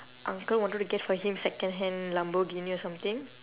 uncle wanted to get for him second hand lamborghini or something